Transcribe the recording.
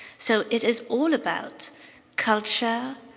so it is all about culture,